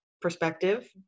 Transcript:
perspective